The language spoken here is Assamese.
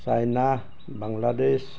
চাইনা বাংলাদেশ